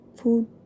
food